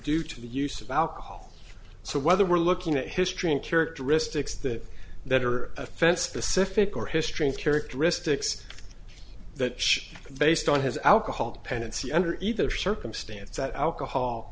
due to the use of alcohol so whether we're looking at history and characteristics that that are offense pacific or history and characteristics that based on his alcohol dependency under either circumstance that alcohol